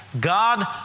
God